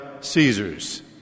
Caesar's